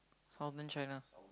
southern China